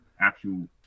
actual